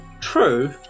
True